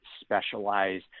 specialize